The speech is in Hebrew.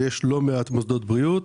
יש לא מעט מוסדות בריאות